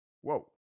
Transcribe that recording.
Whoa